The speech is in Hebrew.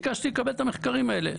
ביקשתי לקבל את המחקרים האלה,